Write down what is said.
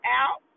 out